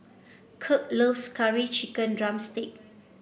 Kirk loves Curry Chicken drumstick